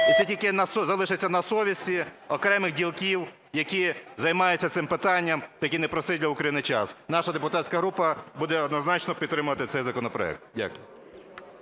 І це тільки залишиться на совісті окремих ділків, які займаються цим питанням у такий непростий для України час. Наша депутатська група буде однозначно підтримувати цей законопроект. Дякую.